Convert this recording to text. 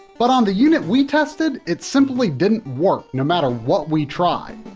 but on the unit we tested, it simply didn't work no matter what we tried.